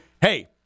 hey